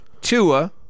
Tua